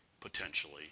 potentially